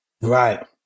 Right